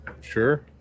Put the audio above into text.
sure